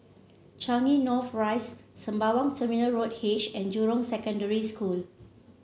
Changi North Rise Sembawang Terminal Road H and Jurong Secondary School